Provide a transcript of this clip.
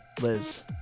Liz